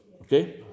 Okay